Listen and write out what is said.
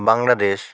Bangladesh